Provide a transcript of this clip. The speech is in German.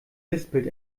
lispelt